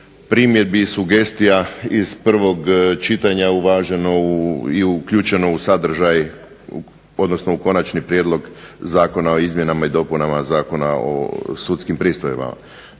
primjedbi i sugestija iz prvog čitanja uvaženo i uključeno u sadržaj, odnosno u konačni prijedlog zakona o izmjenama i dopunama Zakona o sudskim pristojbama.